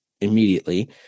immediately